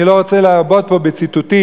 אני לא רוצה להרבות פה בציטוטים,